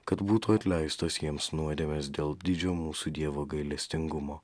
kad būtų atleistos jiems nuodėmes dėl didžio mūsų dievo gailestingumo